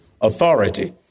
authority